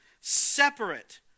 separate